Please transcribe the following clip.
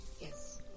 Yes